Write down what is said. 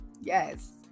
Yes